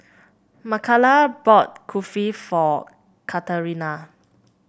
Mikala bought Kulfi for Katerina